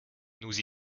nous